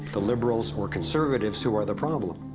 the liberals or conservatives, who are the problem,